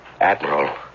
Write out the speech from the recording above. Admiral